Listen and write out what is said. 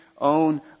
own